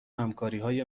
همکاریهای